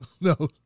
No